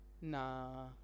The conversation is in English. Nah